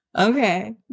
Okay